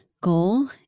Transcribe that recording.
goal